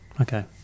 Okay